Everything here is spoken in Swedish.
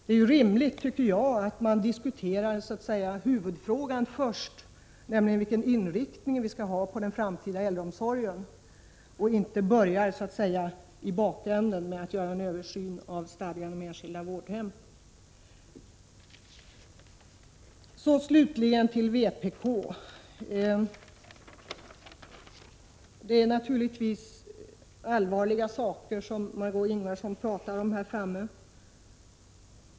Det är rimligt att man diskuterar huvudfrågan först, nämligen vilken inriktning vi skall ha på den framtida äldreomsorgen, och inte börjar så att säga i bakänden med att göra en översyn av stadgan om enskilda vårdhem. Slutligen vill jag säga något om vpk-reservationen. Det är naturligtvis allvarliga saker som Margö Ingvardsson talar om.